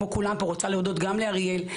כמו כולם ורוצה להודות גם לאריאל,